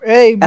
Hey